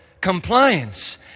compliance